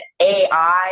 ai